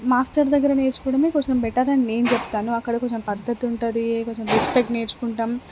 master దగ్గర నేర్చుకోవడమే కొంచెం బెటర్ అని నేను చెప్తాను అక్కడ కొంచెం పద్ధతి ఉంటుంది కొంచెం రెస్పెక్ట్ నేర్చుకుంటాం